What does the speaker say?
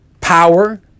power